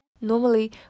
Normally